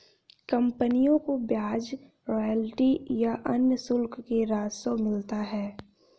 कंपनियों को ब्याज, रॉयल्टी या अन्य शुल्क से राजस्व मिलता है